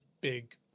big